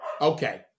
Okay